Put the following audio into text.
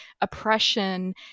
oppression